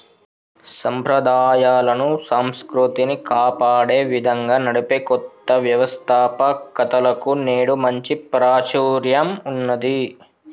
సంప్రదాయాలను, సంస్కృతిని కాపాడే విధంగా నడిపే కొత్త వ్యవస్తాపకతలకు నేడు మంచి ప్రాచుర్యం ఉన్నది